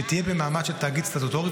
שתהיה במעמד של תאגיד סטטוטורי,